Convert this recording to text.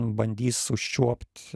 bandys užčiuopt